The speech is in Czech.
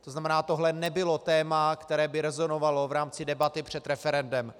To znamená, tohle nebylo téma, které by rezonovalo v rámci debaty před referendem.